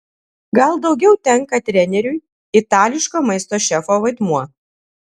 gal daugiau tenka treneriui itališko maisto šefo vaidmuo